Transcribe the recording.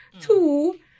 Two